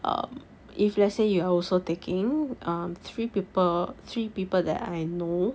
um if let's say you are also taking um three people three people that I know